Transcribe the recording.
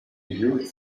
you